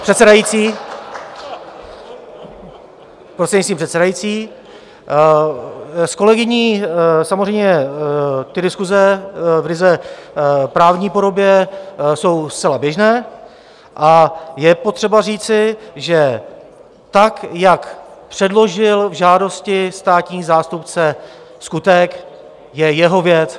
... předsedající, prostřednictvím předsedající, s kolegyní samozřejmě ty diskuse v ryze právní podobě jsou zcela běžné a je potřeba říci, že tak, jak předložil v žádosti státní zástupce skutek, je jeho věc.